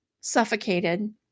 suffocated